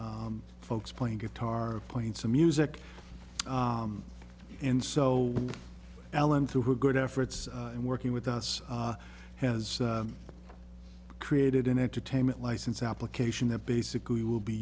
folks playing guitar playing some music and so alan through her good efforts and working with us has created an entertainment license application that basically will be